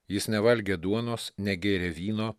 jis nevalgė duonos negėrė vyno